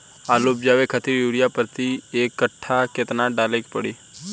आलू उपजावे खातिर यूरिया प्रति एक कट्ठा केतना डाले के पड़ी?